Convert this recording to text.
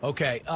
Okay